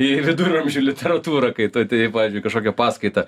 į viduramžių literatūrą kai tu atėjai pavyzdžiui į kažkokią paskaitą